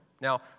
Now